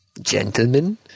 Gentlemen